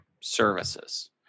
services